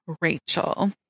Rachel